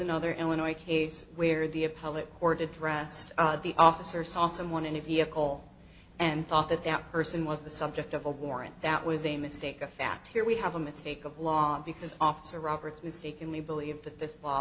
another illinois case where the appellate court addressed the officer saw someone in a vehicle and thought that that person was the subject of a warrant that was a mistake a fact here we have a mistake of law because officer roberts mistakenly believed that this law